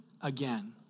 again